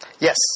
Yes